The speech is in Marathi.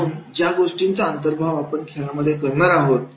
म्हणून ज्या गोष्टींचा अंतर्भाव आपण खेळामध्ये करणार आहोत